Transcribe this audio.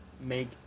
make